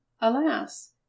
alas